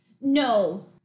No